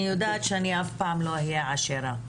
אני יודעת שאני אף פעם לא אהיה עשירה,